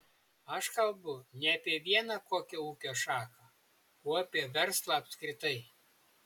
aš kalbu ne apie vieną kokią ūkio šaką o apie verslą apskritai